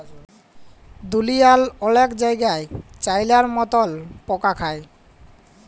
দুঁলিয়ার অলেক জায়গাই চাইলার মতল পকা খায়